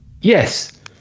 Yes